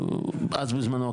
בזמנו,